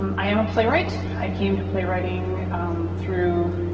um i am a playwright. i came to playwriting through